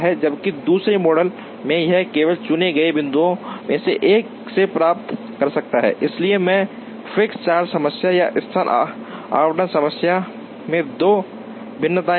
जबकि दूसरे मॉडल में यह केवल चुने हुए बिंदुओं में से एक से प्राप्त कर सकता है इसलिए ये फिक्स्ड चार्ज समस्या या स्थान आवंटन समस्या में दो भिन्नताएं हैं